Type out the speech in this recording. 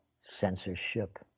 Censorship